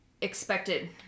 expected